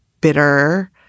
bitter